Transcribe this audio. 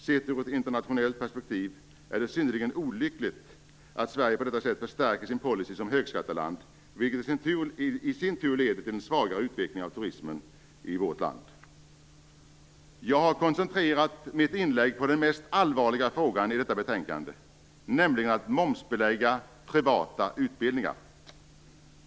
Sett ur ett internationellt perspektiv är det synnerligen olyckligt att Sverige på detta sätt förstärker sin policy som högskatteland, vilket i sin tur leder till en svagare utveckling av turismen i vårt land. Jag har koncentrerat mitt inlägg på den mest allvarliga frågan i betänkandet, nämligen momsbeläggandet av privata utbildningar.